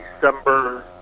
December